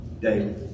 daily